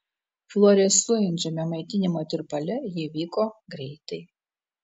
fluorescuojančiame maitinimo tirpale ji vyko greitai